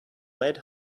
led